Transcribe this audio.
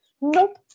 nope